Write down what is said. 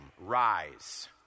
rise